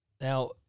Now